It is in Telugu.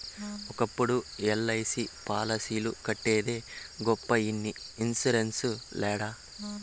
ఒకప్పుడు ఎల్.ఐ.సి పాలసీలు కట్టేదే గొప్ప ఇన్ని ఇన్సూరెన్స్ లేడ